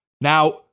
Now